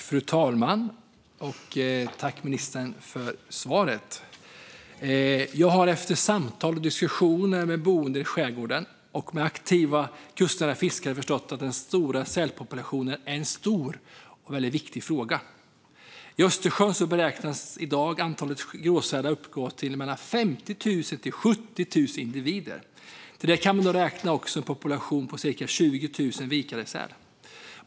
Fru talman! Tack, ministern, för svaret! Jag har efter samtal och diskussioner med boende i skärgården och aktiva kustnära fiskare förstått att den stora sälpopulationen är en stor och viktig fråga. I Östersjön beräknas i dag antalet gråsälar uppgå till mellan 50 000 och 70 000 individer. Till det kan läggas en population på cirka 20 000 vikare.